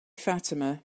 fatima